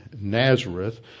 Nazareth